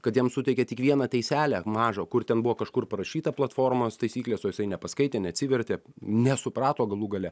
kad jam suteikė tik vieną teiselę mažą kur ten buvo kažkur parašyta platformos taisyklės o jisai nepaskaitė neatsivertė nesuprato galų gale